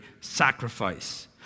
sacrifice